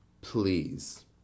please